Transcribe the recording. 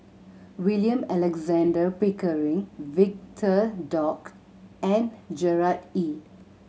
William Alexander Pickering Victor Doggett and Gerard Ee